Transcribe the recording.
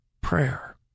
prayer